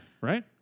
Right